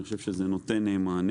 אני חושב שזה נותן מענה.